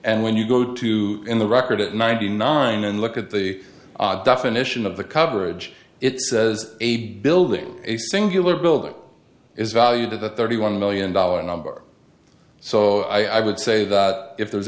and when you go to in the record at ninety nine and look at the definition of the coverage it says a building a singular building is valued at the thirty one million dollar number so i would say that if th